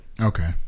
Okay